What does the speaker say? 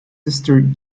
sister